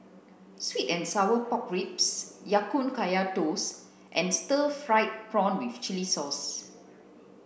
sweet and sour pork ribs ya kun kaya toast and stir fried prawn with chili sauce